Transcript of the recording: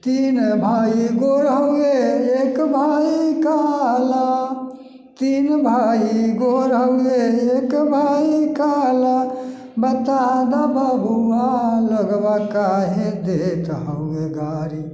तीन भाइ गोर होलय एक भाइ काला तीन भाइ गोर होलै एक भाइ काला बता दऽ बबुआ लोगबा काहे देत हमे गारी